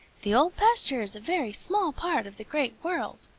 the old pasture is a very small part of the great world.